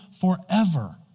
forever